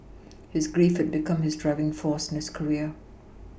his grief had become his driving force in his career